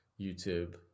YouTube